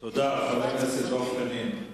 תודה, חבר הכנסת דב חנין.